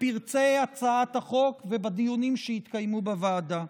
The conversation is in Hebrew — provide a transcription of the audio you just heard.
בפרטי הצעת החוק ובדיונים שהתקיימו בוועדה.